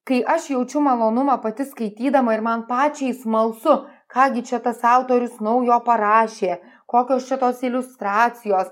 kai aš jaučiu malonumą pati skaitydama ir man pačiai smalsu ką gi čia tas autorius naujo parašė kokios čia tos iliustracijos